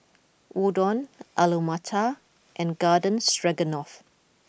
Udon Alu Matar and Garden Stroganoff